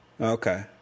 Okay